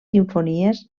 simfonies